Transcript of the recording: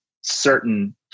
certain